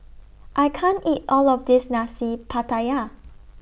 I can't eat All of This Nasi Pattaya